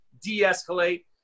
de-escalate